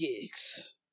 gigs